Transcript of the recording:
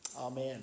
Amen